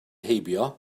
heibio